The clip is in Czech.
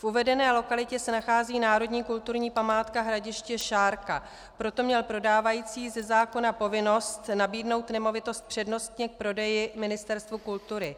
V uvedené lokalitě se nachází národní kulturní památka Hradiště Šárka, proto měl prodávající ze zákona povinnost nabídnout nemovitost přednostně k prodeji Ministerstvu kultury.